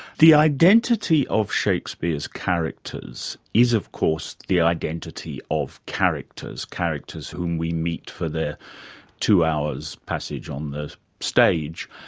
the identity of shakespeare's characters is, of course, the identity of characters, characters whom we meet for their two hours' passage on the stage.